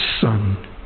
son